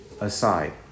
aside